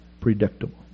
predictable